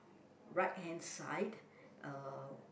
right hand side uh